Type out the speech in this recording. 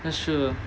that's true though